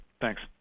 Thanks